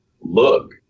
look